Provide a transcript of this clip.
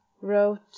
wrote